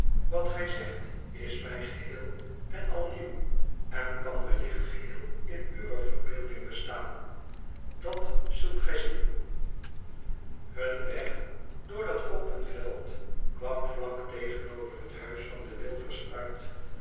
wat gij zegt is mij geheel en al nieuw en kan wellicht geheel in uwe verbeelding bestaan dat zult gij zien hun weg door dat open veld kwam vlak tegenover het huis van de wilfers uit